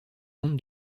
comte